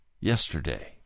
yesterday